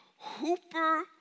Hooper